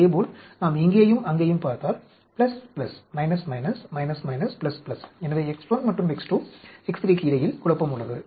இதேபோல் நாம் இங்கேயும் அங்கேயும் பார்த்தால் plus plus minus minus minus minus plus plus எனவே X1 மற்றும் X2 X3 க்கு இடையில் குழப்பம் உள்ளது